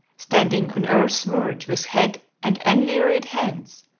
standing on earth's verge with head and unwearied hands,